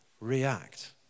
react